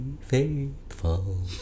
faithful